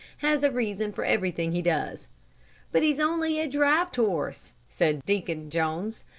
has a reason for everything he does but he's only a draught horse said deacon jones.